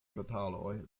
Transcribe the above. bataloj